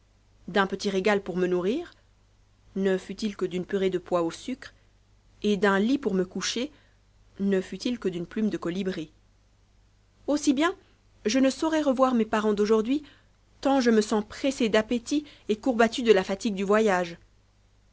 d'un petit ré d pour me nourrir ne fut-il que d'une purée de pois au sucre et d'un lit pour me coucher ne fat il que d'une plume de colibri aussi bien je ne saurais revoir mes parents d'aujourd'hui tant je me sens pressé d'appétit et courbatu de la fatigue du voyage